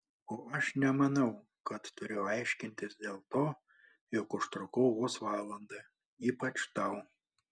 o aš nemanau kad turiu aiškintis dėl to jog užtrukau vos valandą ypač tau